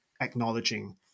acknowledging